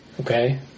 Okay